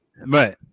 Right